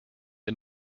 the